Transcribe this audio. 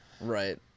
Right